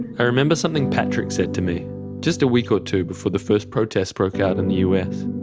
i remember something patrick said to me just a week or two before the first protest broke out in the us